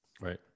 Right